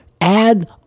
add